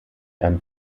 einen